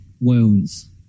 wounds